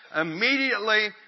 Immediately